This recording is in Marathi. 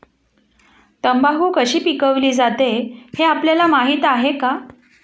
तंबाखू कशी पिकवली जाते हे आपल्याला माहीत आहे का?